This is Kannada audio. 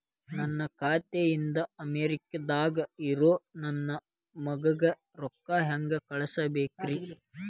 ನನ್ನ ಖಾತೆ ಇಂದ ಅಮೇರಿಕಾದಾಗ್ ಇರೋ ನನ್ನ ಮಗಗ ರೊಕ್ಕ ಹೆಂಗ್ ಕಳಸಬೇಕ್ರಿ?